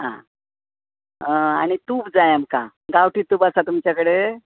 आं आनी तूप जाय आमकां गावटी तूप आसा तुमच्या कडेन